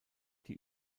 die